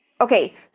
Okay